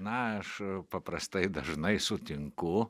na aš paprastai dažnai sutinku